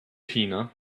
tina